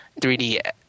3D